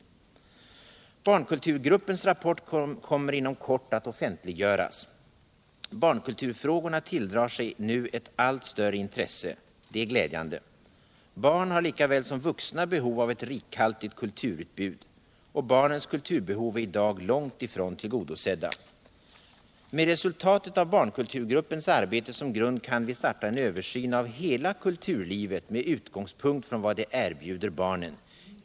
Barnkulturgruppens rapport kommer inom kort att offentliggöras. Barnkulturfrågorna tilldrar sig nu ett allt större intresse. Det är glädjande. Barn har lika väl som vuxna behov av ett rikhaltigt kulturutbud, och barnens kulturbehov är i dag långt ifrån tillgodosedda. Med resultatet av barnkulturgruppens arbete som grund kan vi starta en översyn av Aela kulturlivet med utgångspunkt i vad det erbjuder barnen.